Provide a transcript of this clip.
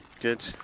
good